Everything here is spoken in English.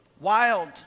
wild